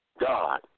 God